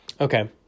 Okay